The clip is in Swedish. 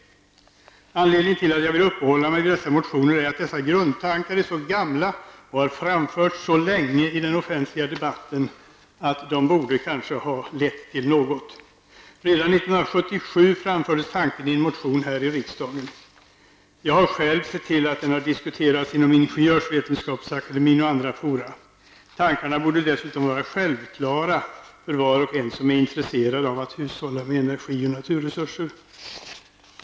Anledningen till att jag vill uppehålla mig vid dessa motioner är att dessa grundtankar är så gamla och har framförts så länge i den offentliga debatten att de kanske borde ha lett till någonting. Redan 1977 framfördes tankarna i en motion till riksdagen. Jag har själv sett till att de har diskuterats inom Tankarna borde dessutom vara självklara för var och en som är intresserad av att hushålla med energi och naturresurser.